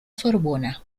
sorbona